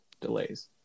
delays